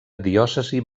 diòcesi